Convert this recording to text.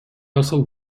russell